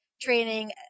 training